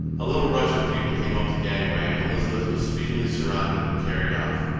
a little rush of people came up the gangway, and elizabeth was speedily surrounded and carried off.